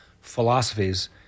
philosophies